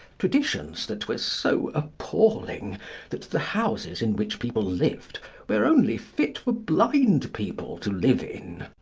traditions that were so appalling that the houses in which people lived were only fit for blind people to live in.